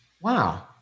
wow